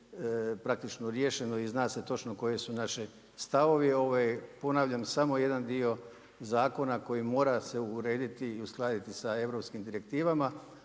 praktično riješeno i zna se točno koji su naši stavovi. Ovo je ponavljam, samo jedan dio zakona koji mora se urediti i uskladiti sa europskim direktivama,